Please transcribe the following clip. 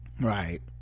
right